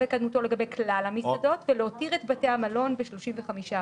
לקדמותו לגבי כלל המסעדות ולהותיר את בתי המלון ב-35%.